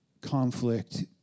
conflict